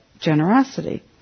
generosity